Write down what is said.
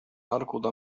أركض